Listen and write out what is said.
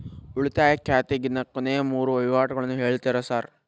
ಉಳಿತಾಯ ಖಾತ್ಯಾಗಿನ ಕೊನೆಯ ಮೂರು ವಹಿವಾಟುಗಳನ್ನ ಹೇಳ್ತೇರ ಸಾರ್?